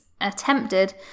attempted